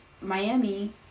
Miami –